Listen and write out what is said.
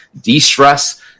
de-stress